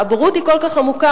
הבורות היא כל כך עמוקה,